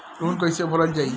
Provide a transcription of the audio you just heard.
Loan कैसे भरल जाइ?